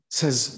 says